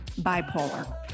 bipolar